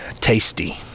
tasty